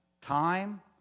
time